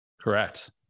Correct